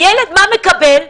מה מקבל הילד?